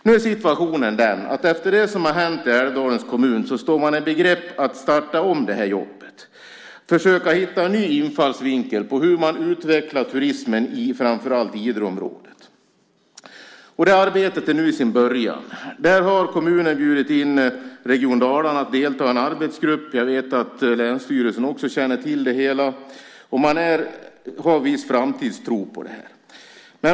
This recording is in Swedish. Nu är situationen den att man efter det som hänt i Älvdalens kommun står i begrepp att starta jobbet på nytt, att försöka hitta en ny infallsvinkel på hur man utvecklar turismen i framför allt Idreområdet. Det arbetet är i sin början. Kommunen har bjudit in Region Dalarna att delta i en arbetsgrupp. Jag vet att även länsstyrelsen känner till arbetet och har en viss framtidstro på det.